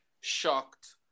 shocked